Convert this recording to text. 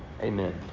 Amen